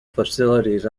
facilities